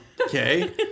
Okay